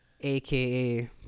aka